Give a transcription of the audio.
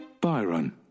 Byron